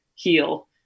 heal